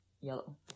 Yellow